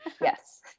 yes